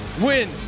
win